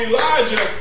Elijah